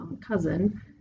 cousin